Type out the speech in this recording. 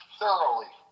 thoroughly